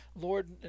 Lord